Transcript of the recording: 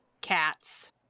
cats